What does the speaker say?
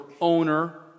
owner